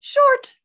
short